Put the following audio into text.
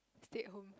stay at home